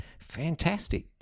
fantastic